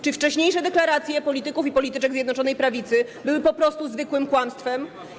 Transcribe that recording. Czy wcześniejsze deklaracje polityków i polityczek Zjednoczonej Prawicy były po prostu zwykłym kłamstwem?